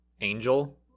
angel